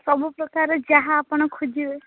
ସବୁପ୍ରକାର ଯାହା ଆପଣ ଖୋଜିବେ